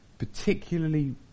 Particularly